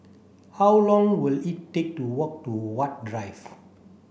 how long will it take to walk to Huat Drive